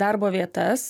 darbo vietas